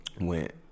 went